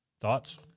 thoughts